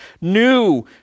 new